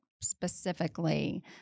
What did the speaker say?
specifically